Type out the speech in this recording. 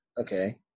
okay